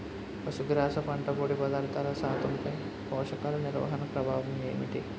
పశుగ్రాస పంట పొడి పదార్థాల శాతంపై పోషకాలు నిర్వహణ ప్రభావం ఏమిటి?